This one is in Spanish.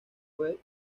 fue